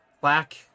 black